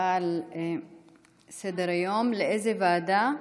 לאיזו ועדה?